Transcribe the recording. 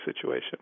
situation